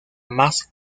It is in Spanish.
más